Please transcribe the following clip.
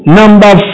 number